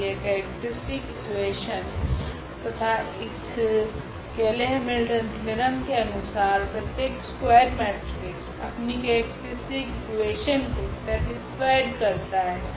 ओर यह characteristic equation तथा इस केयले हैमिल्टन थेओरम के अनुसार प्रत्येक स्कूआयर मेट्रिक्स अपनी केरेक्ट्रीस्टिक इकुवेशन को सेटीस्फाइड करता है